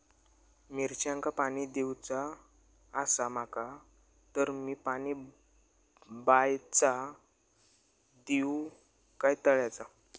मिरचांका पाणी दिवचा आसा माका तर मी पाणी बायचा दिव काय तळ्याचा?